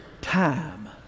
time